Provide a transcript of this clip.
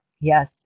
yes